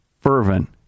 fervent